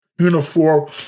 uniform